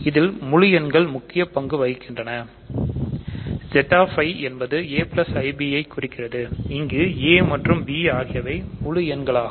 இதில் முழு எண்கள் முக்கிய பங்கு வகிக்கின்றன Z i என்பது aib ஐ குறிக்கிறது இங்கு a மாற்றும் bஆகியவை முழுஎண்களாகும்